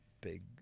big